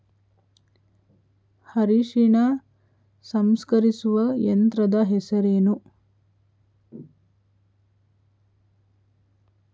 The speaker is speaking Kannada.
ಅರಿಶಿನ ಸಂಸ್ಕರಿಸುವ ಯಂತ್ರದ ಹೆಸರೇನು?